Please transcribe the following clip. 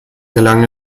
gelang